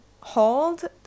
hold